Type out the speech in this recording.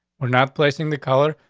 we're not placing the color.